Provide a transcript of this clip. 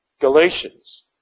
Galatians